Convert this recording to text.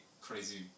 crazy